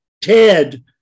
Ted